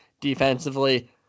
defensively